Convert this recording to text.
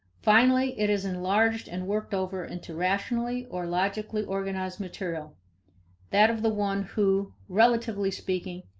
finally, it is enlarged and worked over into rationally or logically organized material that of the one who, relatively speaking,